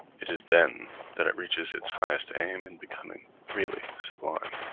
it is then that it reaches its highest aim in becoming really sublime.